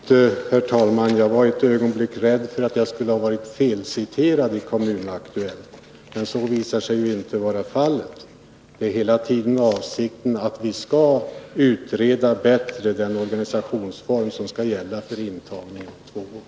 Herr talman! Jag var ett ögonblick rädd för att jag skulle ha varit felciterad i Kommun-Aktuellt. Men så visar sig ju inte vara fallet. Hela tiden är avsikten att vi bättre skall utreda den organisationsform som skall gälla för intagningen om två år.